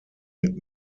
mit